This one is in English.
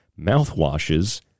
mouthwashes